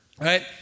right